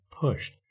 pushed